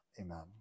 amen